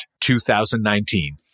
2019